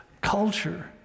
culture